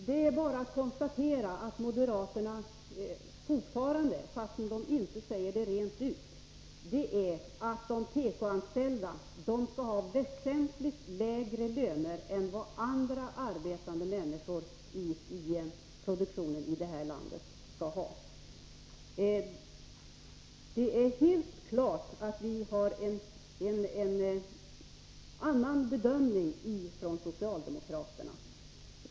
Fru talman! Jag vill mycket kort säga till Sten Svensson att det bara är att konstatera att moderaterna fortfarande — fast de inte säger det rent ut — anser att de tekoanställda skall ha väsentligt lägre löner än vad andra människor som arbetar i produktionen i vårt land skall ha. Det är helt klart att vi socialdemokrater har en annan bedömning.